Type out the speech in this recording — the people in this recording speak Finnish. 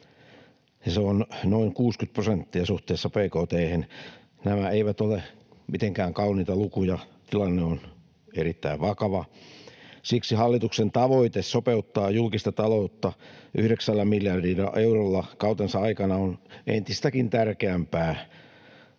Se on noin 60 prosenttia suhteessa bkt:hen. Nämä eivät ole mitenkään kauniita lukuja. Tilanne on erittäin vakava. Siksi hallituksen tavoite sopeuttaa julkista taloutta yhdeksällä miljardilla eurolla kautensa aikana on entistäkin tärkeämpää,